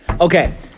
Okay